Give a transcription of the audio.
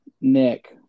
Nick